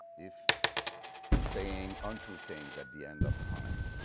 if saying untrue things at the end of time,